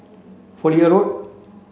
Fowlie Road